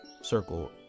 circle